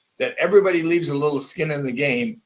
that everybody leaves a little skin in the game,